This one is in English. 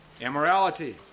Immorality